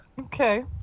Okay